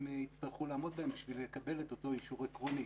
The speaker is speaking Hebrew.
יצטרכו לעמוד בהם בשביל לקבל את אותו אישור עקרוני.